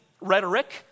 rhetoric